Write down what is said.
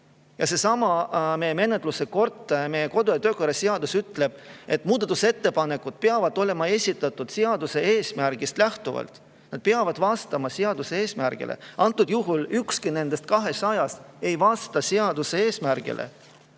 Seesama menetlemise kord, meie kodu- ja töökorra seadus ütleb, et muudatusettepanekud peavad olema esitatud seaduse eesmärgist lähtuvalt, vastama seaduse eesmärgile. Antud juhul ükski nendest 200-st ei vasta seaduse eesmärgile.